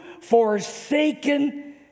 forsaken